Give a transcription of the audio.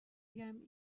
jam